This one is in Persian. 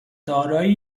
دارای